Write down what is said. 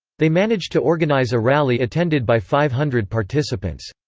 they managed to organise a rally attended by five hundred participants.